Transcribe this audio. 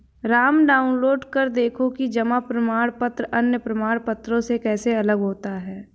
Ram download कर देखो कि जमा प्रमाण पत्र अन्य प्रमाण पत्रों से कैसे अलग होता है?